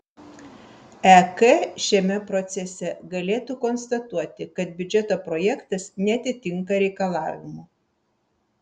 ek šiame procese galėtų konstatuoti kad biudžeto projektas neatitinka reikalavimų